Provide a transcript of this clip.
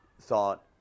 thought